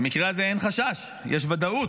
במקרה הזה אין חשש, יש ודאות,